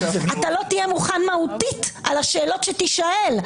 לא תהיה מוכן מהותית על השאלות שתישאל?